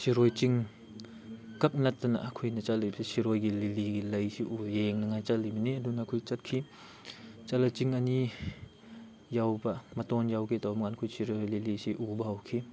ꯁꯤꯔꯣꯏ ꯆꯤꯡ ꯈꯛ ꯅꯠꯇꯅ ꯑꯩꯈꯣꯏꯅ ꯆꯠꯂꯤꯕꯁꯤ ꯁꯤꯔꯣꯏꯒꯤ ꯂꯤꯂꯤꯒꯤ ꯂꯩꯁꯤ ꯌꯦꯡꯅꯤꯡꯉꯥꯏ ꯆꯠꯂꯤꯕꯅꯤ ꯑꯗꯨꯅ ꯑꯩꯈꯣꯏ ꯆꯠꯈꯤ ꯆꯠꯂ ꯆꯤꯡ ꯑꯅꯤ ꯌꯧꯕ ꯃꯇꯣꯟ ꯌꯧꯒꯦ ꯇꯧꯕ ꯀꯥꯟꯗ ꯑꯩꯈꯣꯏ ꯁꯤꯔꯣꯏ ꯂꯤꯂꯤꯁꯤ ꯎꯕ ꯍꯧꯈꯤ